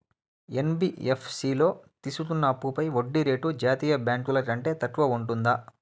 NBFC లో తీసుకున్న అప్పుపై వడ్డీ రేటు జాతీయ బ్యాంకు ల కంటే తక్కువ ఉంటుందా?